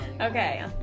Okay